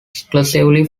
exclusively